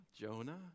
Jonah